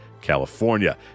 California